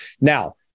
Now